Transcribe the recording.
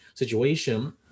Situation